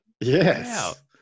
Yes